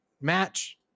match